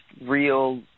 real